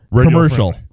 commercial